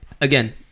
Again